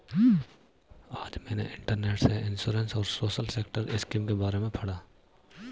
आज मैंने इंटरनेट से इंश्योरेंस और सोशल सेक्टर स्किम के बारे में पढ़ा